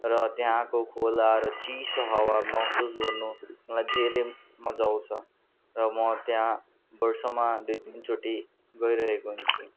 र त्यहाँको खोला र चिसो हावा महसुस गर्नलाई धेरै मजा आउँछ र म त्यहाँ वर्षमा दुई तिन चोटि गइरहेको हुन्छु